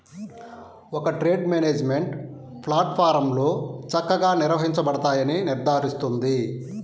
ఒక trade management ప్లాట్ఫారమ్లో చక్కగా నిర్వహించబడతాయని నిర్ధారిస్తుంది